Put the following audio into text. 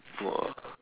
!wah!